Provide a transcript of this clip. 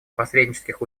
посреднических